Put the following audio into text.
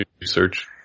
research